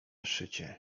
szycie